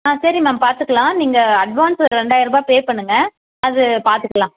சரி மேம் பார்த்துக்கலாம் நீங்கள் அட்வான்ஸ் ரெண்டாயிரம் ரூபாய் பே பண்ணுங்க அது பார்த்துக்கலாம்